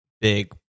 big